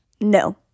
No